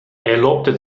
lobte